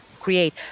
create